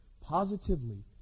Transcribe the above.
positively